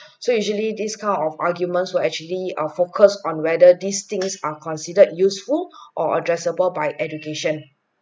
so usually this kind of arguments were actually are focused on whether these things are considered useful or addressable by education